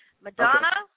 Madonna